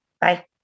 Bye